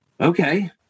Okay